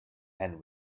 hen